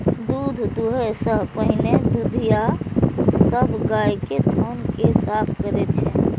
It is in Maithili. दूध दुहै सं पहिने दुधिया सब गाय के थन कें साफ करै छै